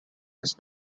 his